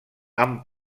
han